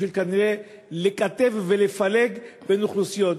כנראה כדי לקטב ולפלג בין אוכלוסיות,